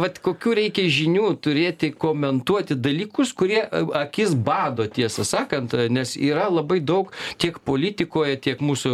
vat kokių reikia žinių turėti komentuoti dalykus kurie akis bado tiesą sakant nes yra labai daug tiek politikoj tiek mūsų